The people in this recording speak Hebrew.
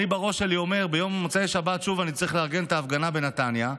אני מראש אומר: במוצאי שבת אני שוב צריך לארגן את ההפגנה בנתניה,